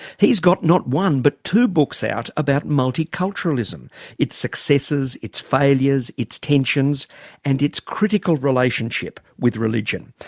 he's got not one, but two books out about multiculturalism its successes, its failures, its tensions and its critical relationship with religion.